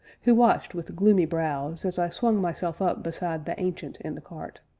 who watched with gloomy brows as i swung myself up beside the ancient in the cart.